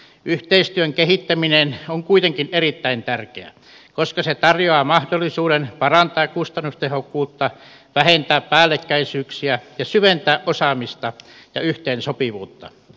yhteistyön kehittäminen on kuitenkin erittäin tärkeää koska se tarjoaa mahdollisuuden parantaa kustannustehokkuutta vähentää päällekkäisyyksiä ja syventää osaamista ja yhteensopivuutta